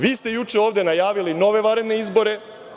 Vi ste juče ovde najavili nove vanredne izbore.